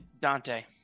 Dante